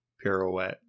Pirouette